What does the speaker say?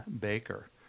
Baker